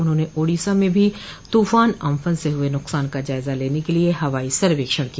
उन्होंने ओडिसा में भी तूफान अम्फन से हुए नुकसान का जायजा लेने के लिए हवाई सर्वेक्षण किया